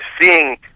seeing